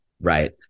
right